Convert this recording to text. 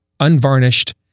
unvarnished